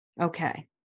Okay